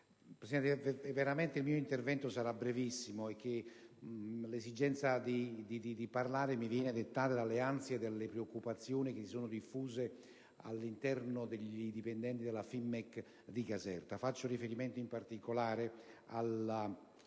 Presidente, il mio intervento sarà brevissimo. L'esigenza di parlare mi viene dettata dalle ansie e dalle preoccupazioni diffusesi tra i dipendenti della Finmek di Caserta. Faccio riferimento in particolare